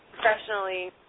professionally